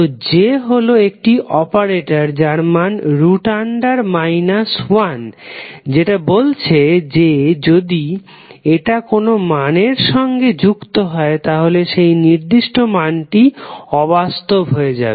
তো j হলো একটি অপারেটর যার মান 1 যেটা বলছে যে যদি এটা কোন মানের সঙ্গে যুক্ত হয় তাহলে সেই নির্দিষ্ট মানটি অবাস্তব হয়ে যায়